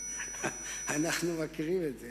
אנחנו מכירים את זה.